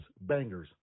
bangers